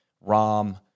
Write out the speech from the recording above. Rom